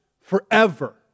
forever